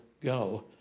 go